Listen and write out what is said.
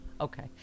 Okay